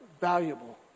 valuable